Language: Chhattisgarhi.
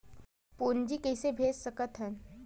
पूंजी कइसे भेज सकत हन?